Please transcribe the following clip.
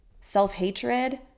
self-hatred